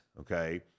Okay